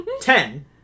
Ten